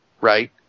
right